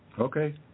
Okay